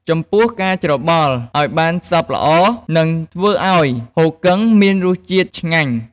ចំពោះការច្របល់ឱ្យបានសព្វល្អ នឹងធ្វើឱ្យហ៊ូគឹងមានរសជាតិឆ្ងាញ់។